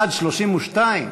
בעד, 32,